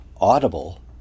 audible